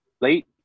late